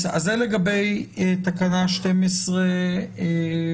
זה לגבי תקנה 12(א).